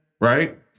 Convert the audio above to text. right